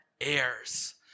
heirs